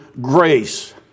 grace